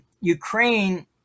Ukraine